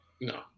No